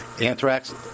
Anthrax